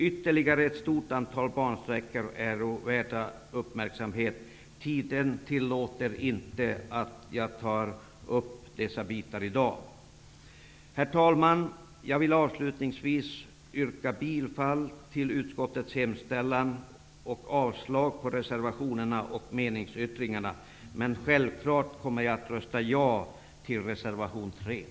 Ytterligare ett stort antal bansträckor är värda uppmärksamhet. Tiden tillåter inte att jag tar upp dessa bitar i dag. Herr talman! Jag vill avslutningsvis yrka bifall till utskottets hemställan och avslag på reservationerna och meningsyttringarna, självfallet med undantag för reservation 3, som jag kommer att rösta för.